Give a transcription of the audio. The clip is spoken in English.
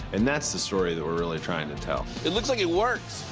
and that's the story that we're really trying to tell. it looks like it works.